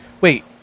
Wait